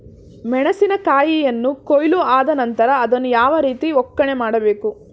ಮೆಣಸಿನ ಕಾಯಿಯನ್ನು ಕೊಯ್ಲು ಆದ ನಂತರ ಅದನ್ನು ಯಾವ ರೀತಿ ಒಕ್ಕಣೆ ಮಾಡಬೇಕು?